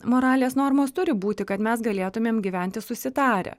moralės normos turi būti kad mes galėtumėm gyventi susitarę